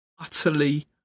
utterly